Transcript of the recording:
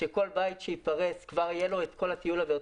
שכל בית שייפרס כבר יהיה לו את כל התיעול הזה,